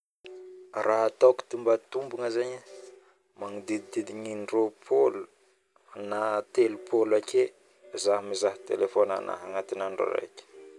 raha ataoko tombatombagna zaigny e, magnodidigny indroapolo na telopolo ake zaho mizaha telephonahy agnatiny andro raiky